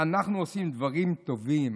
אנחנו עושים דברים טובים.